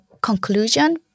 conclusion